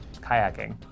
kayaking